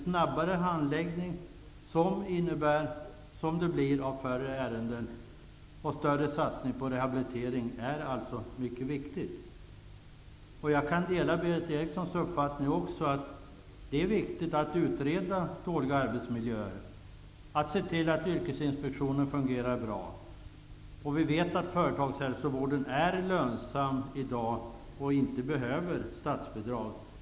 Snabbare handläggning, som det blir när det är färre ärenden, och större satsning på rehabilitering är alltså mycket viktigt. Jag kan dela Berith Erikssons uppfattning att det är viktigt att utreda dåliga arbetsmiljöer, att se till att Yrkesinspektionen fungerar bra. Och vi vet att företagshälsovården är lönsam i dag och inte behöver statsbidrag.